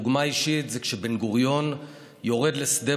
דוגמה אישית זה כשבן-גוריון יורד לשדה